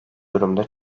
durumda